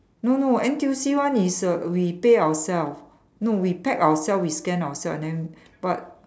no no N_T_U_C one is err we pay ourself no we pack ourself we scan ourself and then but